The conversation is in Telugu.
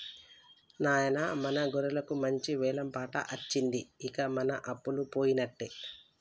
నాయిన మన గొర్రెలకు మంచి వెలం పాట అచ్చింది ఇంక మన అప్పలు పోయినట్టే